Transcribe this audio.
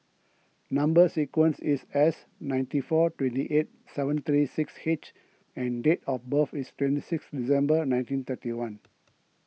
Number Sequence is S ninety four twenty eight seven thirty six H and date of birth is twenty six December nineteen thirty one